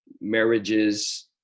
marriages